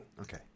Okay